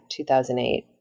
2008